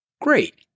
Great